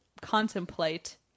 contemplate